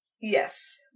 Yes